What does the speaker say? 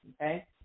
okay